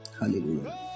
Hallelujah